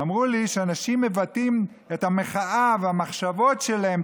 אמרו לי שאנשים מבטאים את המחאה והמחשבות שלהם,